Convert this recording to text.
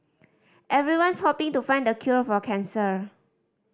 everyone's hoping to find the cure for cancer